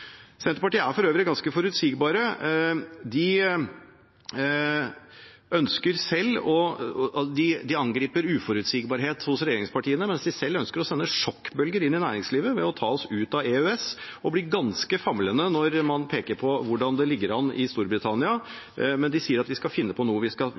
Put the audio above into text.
Senterpartiet er for øvrig ganske forutsigbare. De angriper uforutsigbarhet hos regjeringspartiene, mens de selv ønsker å sende sjokkbølger inn i næringslivet ved å ta oss ut av EØS, men blir ganske famlende når man peker på hvordan det ligger an i Storbritannia. Men de sier at de skal finne på noe, de skal